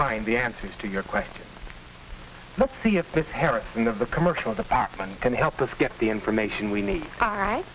find the answers to your question let's see if this harris in the commercial department can help us get the information we need